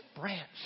branch